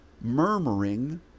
murmuring